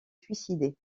suicidé